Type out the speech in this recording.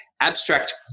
abstract